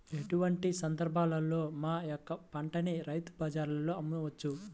ఎటువంటి సందర్బాలలో మా యొక్క పంటని రైతు బజార్లలో అమ్మవచ్చు?